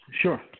Sure